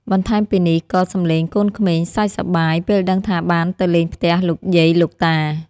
បន្ថែមពីនេះ ក៏សំឡេងកូនក្មេងសើចសប្បាយពេលដឹងថាបានទៅលេងផ្ទះលោកយាយលោកតា។